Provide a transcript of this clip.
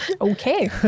Okay